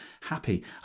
happy